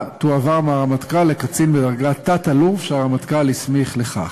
תועבר מהרמטכ"ל לקצין בדרגת תת-אלוף שהרמטכ״ל הסמיך לכך,